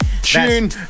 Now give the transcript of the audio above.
tune